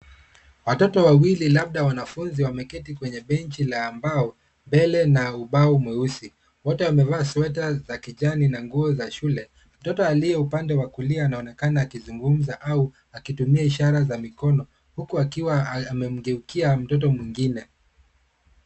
Watoto wawili labda wanafunzi, wameketi kwenye benji la mbao, mbele na ubao mweusi. Wote wamevaa sweta za kijani na nguo za shule. Mtoto aliye upande wa kulio anaonekana akizungumza au akitumia ishara za mikono, huku akiwa amemgeukia mtoto mwingine.